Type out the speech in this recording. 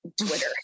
twitter